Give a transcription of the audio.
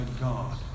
God